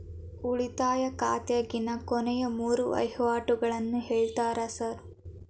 ಉಳಿತಾಯ ಖಾತ್ಯಾಗಿನ ಕೊನೆಯ ಮೂರು ವಹಿವಾಟುಗಳನ್ನ ಹೇಳ್ತೇರ ಸಾರ್?